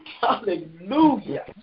Hallelujah